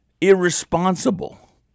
irresponsible